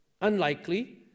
unlikely